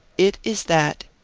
it is that,